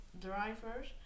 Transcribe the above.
drivers